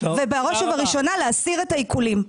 ובראש ובראשונה להסיר את העיקולים.